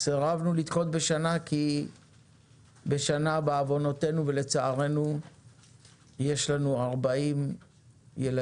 סירבנו לדחות בשנה כי בשנה בעוונותינו ולצערנו יש לנו 40 ילדים